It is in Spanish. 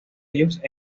ellos